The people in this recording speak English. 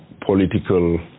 political